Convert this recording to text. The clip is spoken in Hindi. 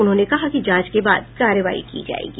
उन्होंने कहा कि जांच के बाद कार्रवाई की जायेगी